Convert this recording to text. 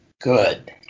good